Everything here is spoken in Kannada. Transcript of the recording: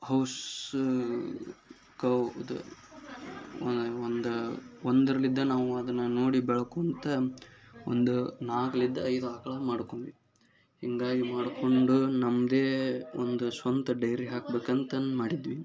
ಹೌಶ್ಶ್ ಕೌವ್ದು ಒಂದು ಒಂದರಲ್ಲಿದ್ದ ನಾವು ಅದನ್ನು ನೋಡಿ ಬೆಳ್ಕೊತ ಒಂದು ನಾಲ್ಕರಿಂದ ಐದು ಆಕಳನ್ನು ಮಾಡಿಕೊಂಡ್ವಿ ಹೀಗಾಗಿ ಮಾಡಿಕೊಂಡು ನಮ್ಮದೇ ಒಂದು ಸ್ವಂತ ಡೈರಿ ಹಾಕ್ಬೇಕಂತಂದ್ ಮಾಡಿದ್ವಿ